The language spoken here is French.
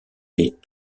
les